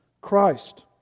Christ